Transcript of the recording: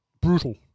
brutal